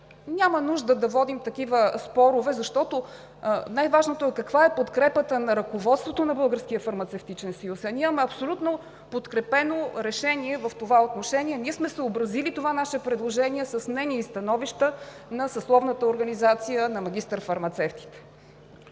няма нужда да водим такива спорове, защото най-важното е каква е подкрепата за ръководството на Българския фармацевтичен съюз. В това отношение ние имаме абсолютно подкрепено решение и сме съобразили нашето предложение с мненията и становищата на съсловната организация на магистър-фармацевтите.